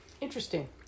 Interesting